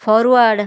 forward